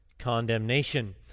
condemnation